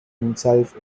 himself